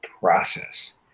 process